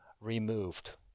removed